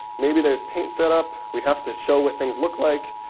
maybe there's paint set-up. we have to show what things look like.